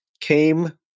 came